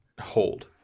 hold